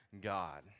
God